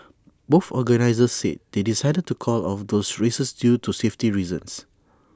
both organisers said they decided to call off those races due to safety reasons